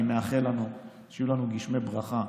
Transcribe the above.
אני באמת מאחל לנו שיהיו לנו גשמי ברכה.